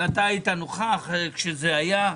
ואתה היית נוכח כשזה היה.